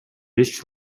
беш